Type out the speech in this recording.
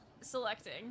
selecting